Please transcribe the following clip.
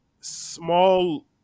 small